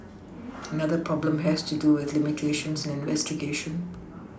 another problem has to do with limitations investigation